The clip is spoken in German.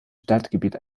stadtgebiet